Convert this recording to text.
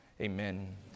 Amen